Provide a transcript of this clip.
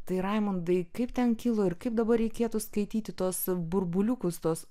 tai raimundai kaip ten kilo ir kaip dabar reikėtų skaityti tuos burbuliukus tuos